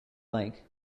like